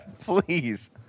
please